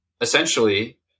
essentially